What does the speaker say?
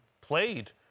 played